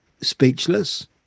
speechless